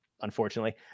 unfortunately